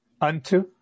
unto